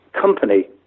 company